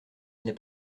n’est